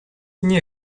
nie